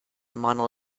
mona